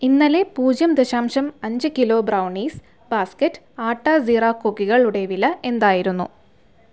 ഇന്നലെ പൂജ്യം ദശാംശം അഞ്ച് kilo brownies basket atta jeera കുക്കികളുടെ വില എന്തായിരുന്നു